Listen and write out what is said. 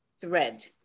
Thread